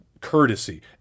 courtesy